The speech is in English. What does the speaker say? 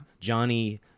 Johnny